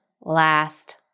last